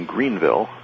Greenville